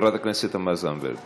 חברת הכנסת תמר זנדברג